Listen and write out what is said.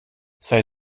sei